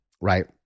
Right